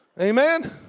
Amen